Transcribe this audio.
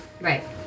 Right